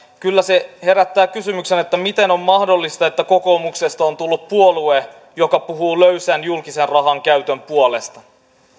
kyllä se herättää kysymyksen miten on mahdollista että kokoomuksesta on on tullut puolue joka puhuu löysän julkisen rahankäytön puolesta